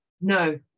No